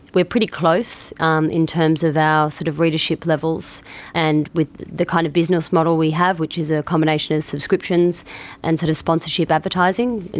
we're pretty close um in terms of our sort of readership levels and with the kind of business model we have, which is a combination of subscriptions and sort of sponsorship advertising,